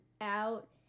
out